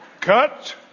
Cut